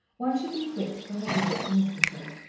one should be fixed for her visit to mistletoe.